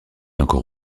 encore